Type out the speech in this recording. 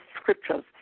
scriptures